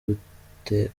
gute